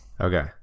Okay